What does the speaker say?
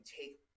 take